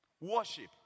Worship